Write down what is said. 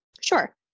sure